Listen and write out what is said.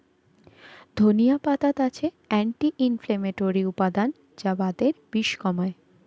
ধনিয়া পাতাত আছে অ্যান্টি ইনফ্লেমেটরি উপাদান যা বাতের বিষ কমায়